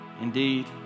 Indeed